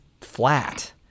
flat